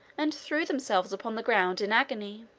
and threw themselves upon the ground in agony.